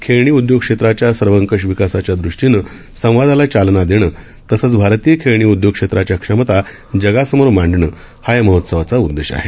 खेळणी उदयोगक्षेत्राच्या सर्वकष विकासाच्या दृष्टीनं संवादाला चालना देणं तसंच भारतीय खेळणी उद्योग क्षेत्राच्या क्षमता जागसमोर मांडणं हा या महोत्सवाचा उददेश आहे